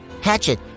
Hatchet